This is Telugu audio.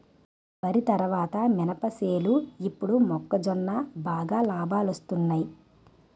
వరి తరువాత మినప సేలు ఇప్పుడు మొక్కజొన్న బాగా లాబాలొస్తున్నయ్